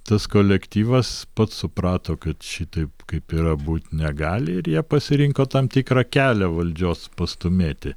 tas kolektyvas pats suprato kad šitaip kaip yra būt negali ir jie pasirinko tam tikrą kelią valdžios pastūmėti